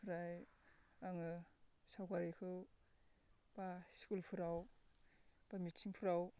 ओमफ्राय आङो सावगारिखो बा स्कुलफोराव बा मिथिंफोराव